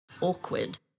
Awkward